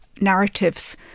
narratives